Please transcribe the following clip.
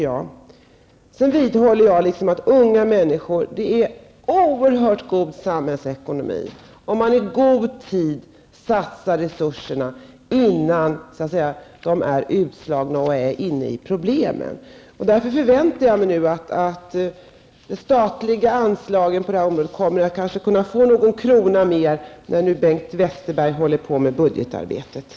Jag vidhåller att det är oerhört god ekonomi att satsa resurser på unga människor innan de är alltför djupt inne i problemen och blir utslagna. Jag förväntar mig att det statliga anslaget på detta område höjs med en och annan krona när nu Bengt Westerberg arbetar med budgeten.